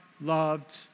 loved